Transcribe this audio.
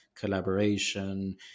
collaboration